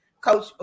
Coach